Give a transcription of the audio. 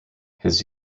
his